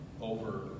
over